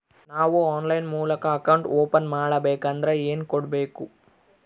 ನಾವು ಆನ್ಲೈನ್ ಮೂಲಕ account open ಮಾಡಬೇಂಕದ್ರ ಏನು ಕೊಡಬೇಕು?